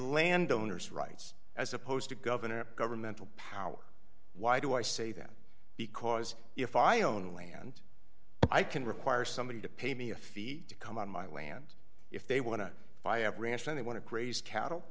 land owners rights as opposed to gov governmental power why do i say that because if i own land i can require somebody to pay me a fee to come on my land if they want to buy a branch and they want to graze cattle